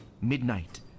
Midnight